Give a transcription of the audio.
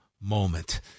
moment